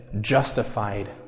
justified